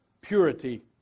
purity